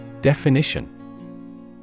Definition